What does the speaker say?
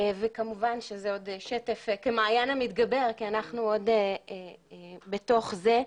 וכמובן שזה שטף כמעין המתגבר כי אנחנו עוד בתוך זה.